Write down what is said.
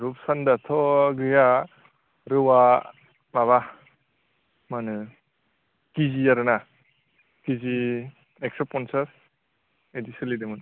रुप सान्दाथ' गैया रौआ माबा मा होनो के जि आरोना के जि एकस' पन्सास बिदि सोलिदोंमोन